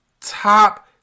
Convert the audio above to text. top